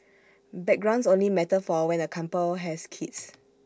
backgrounds only matter for when A couple has kids